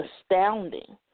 astounding